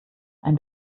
ein